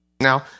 Now